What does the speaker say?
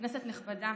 כנסת נכבדה,